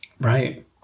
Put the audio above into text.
right